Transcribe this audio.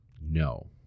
no